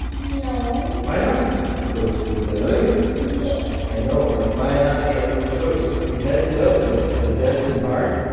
no! why not? because it would annoy you? yes! i know! but maya and i had no choice, we had to help. does that seem hard?